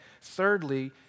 Thirdly